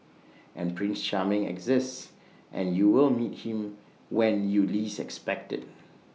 and prince charming exists and you will meet him when you least expect IT